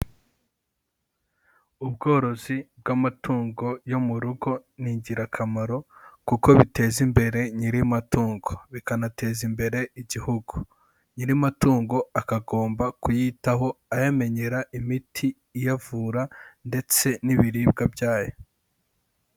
Ubworozi bw'amatungo yo mu rugo ni ingirakamaro kuko biteza imbere nyiri amatungo bikanateza imbere igihugu, nyiri amatungo akagomba kuyitaho ayamenyera imiti iyavura ndetse n'ibiribwa byayo.